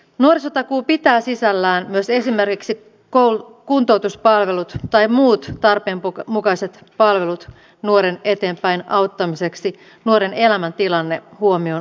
nuorisotakuu pitää sisällään myös esimerkiksi kuntoutuspalvelut tai muut tarpeen mukaiset palvelut nuoren eteenpäin auttamiseksi nuoren elämäntilanne huomioon ottaen